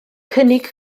cynnig